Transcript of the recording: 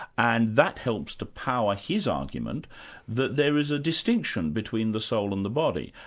and that helps to power his argument that there is a distinction between the soul and the body.